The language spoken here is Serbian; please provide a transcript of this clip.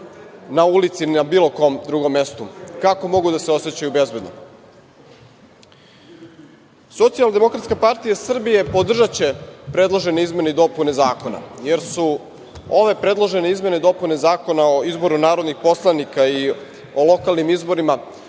na ulici, na bilo kom drugom mestu? Kako mogu da se osećaju bezbedno? Socijaldemokratska partija Srbije, podržaće predložene izmene i dopune zakona, jer su ove predložene izmene i dopune Zakona o izboru narodnih poslanika i o lokalnim izborima